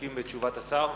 מסתפקים בתשובת השר?